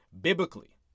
biblically